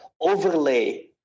overlay